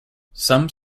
some